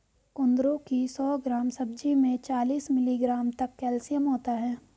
कुंदरू की सौ ग्राम सब्जी में चालीस मिलीग्राम तक कैल्शियम होता है